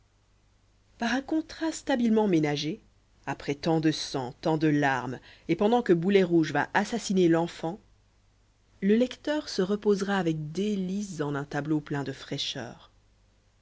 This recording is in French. par un contraste habilement ménagé après tant de sang tant de larmes et pendant que boulet rouge va assassiner l'enfant le lecteur se reposera avec délices en un tableau plein de fraîcheur